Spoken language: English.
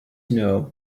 know